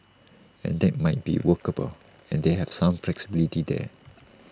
and that might be workable as they have some flexibility there